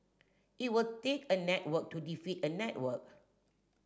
it will take a network to defeat a network